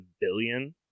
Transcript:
billion